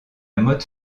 motte